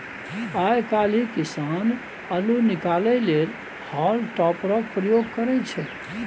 आइ काल्हि किसान अल्लु निकालै लेल हॉल टॉपरक प्रयोग करय छै